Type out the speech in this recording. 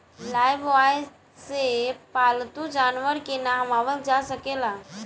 Lifebuoy से पाल्तू जानवर के नेहावल जा सकेला